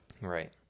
Right